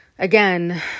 Again